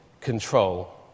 control